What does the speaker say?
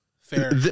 fair